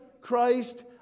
Christ